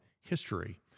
history